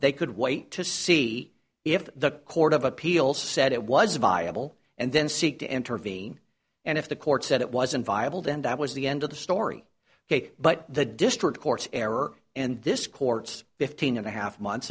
they could wait to see if the court of appeal said it was viable and then seek to intervene and if the court said it wasn't viable to end i was the end of the story but the district court error and this court's fifteen and a half months